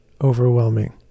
overwhelming